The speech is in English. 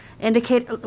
indicate